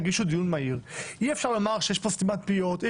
אי אפשר לומר שיש פה סתימת פיות.